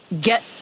get